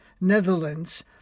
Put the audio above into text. Netherlands